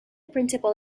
principal